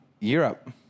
Europe